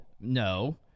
No